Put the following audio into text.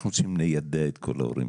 אנחנו צריכים ליידע את כל ההורים.